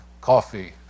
coffee